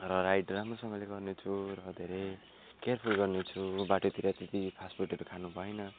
र राइड राम्रोसँगले गर्नेछु र धेरै केयरफुल गर्नेछु बाटोतिर त्यति फास्ट फुडहरू खानु भएन